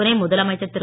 துணை முதலமைச்சர் திரு